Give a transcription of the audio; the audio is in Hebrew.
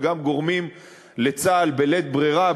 וגם גורמים לצה"ל בלית ברירה,